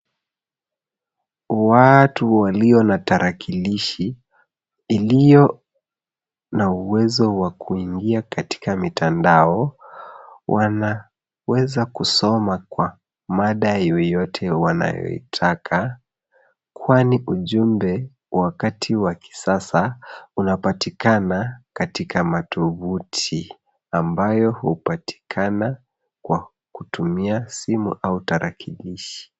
Watu walio na tarakilishi iliyo na uwezo wa kuingia katika mitandao, wanaweza kusoma kwa mada yoyote wanayoitaka, kwani ujumbe wa wakati wa kisasa, unapatikana katika matovuti ambayo hupatikana kwa kutumia simu au tarakilishi.